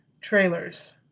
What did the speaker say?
trailers